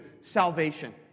salvation